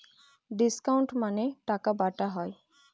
discount মানে টাকা বাটা হয়